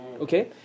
Okay